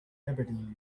aberdeen